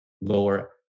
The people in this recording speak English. lower